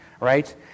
right